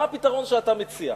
מה הפתרון שאתה מציע?